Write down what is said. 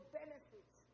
benefits